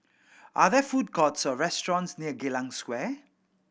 are there food courts or restaurants near Geylang Square